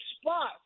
spot